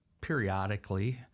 periodically